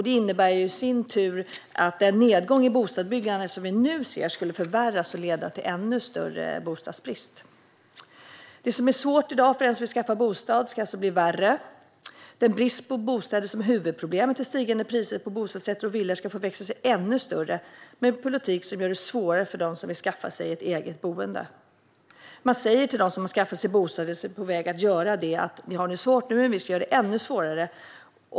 Det innebär i sin tur att den nedgång i bostadsbyggandet som vi nu ser skulle förvärras och leda till en ännu större bostadsbrist. Det som är svårt i dag för den som vill skaffa sig en bostad ska alltså bli värre. Den brist på bostäder som är huvudproblemet till stigande priser på bostadsrätter och villor ska få växa sig ännu större i och med en politik som gör det svårare för dem som vill skaffa sig ett eget boende. Till dem som har skaffat en bostad eller som är på väg att göra det säger man: Ni har det svårt nu, men vi ska göra det ännu svårare.